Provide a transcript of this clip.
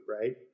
right